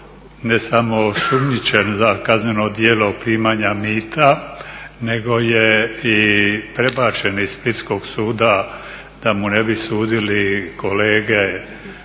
ne samo osumnjičen za kazneno djelo primanja mita, nego je i prebačen iz splitskog suda da mu ne bi sudili kolege